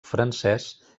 francès